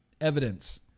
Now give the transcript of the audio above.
evidence